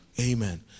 Amen